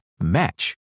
Match